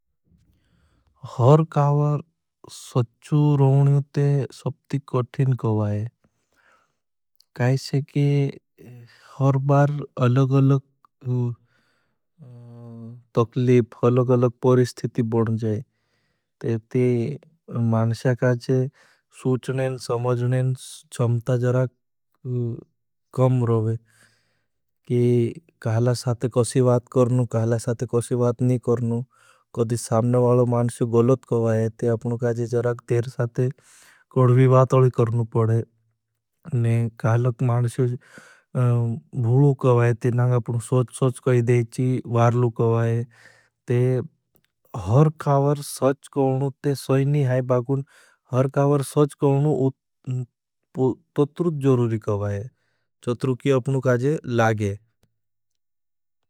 हर कावर सच्चु रहने के ते सब्दिक कठिन कोई है। काई छे कि हर बार अलग अलग तकलिप, अलग अलग परिस्थिति बन जाए। तेरे ते मानश्याकाचे सूचने, समजने चम्ता जड़ा कम रहे। कहाला साथे कौछी बात करन। कहाला साथे कौछी बात नहीं करन। कदि सामने वालो मानश्य गलत करवा है, ते अपनु काजे जराग तेर साथे कड़वी बात अलग करन। कहाला मानश्य भूलू करवा है, ते नांग अपनु सच्च सच्च करवा है, वार्लू करवा है। हर कावर सच्च करवा है, ते सोईनी है पाकुन, हर कावर सच्च करवा है, तो तो तो ज़रूरी करवा है। चत्रुकी अपनु काजे लागे।